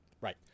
right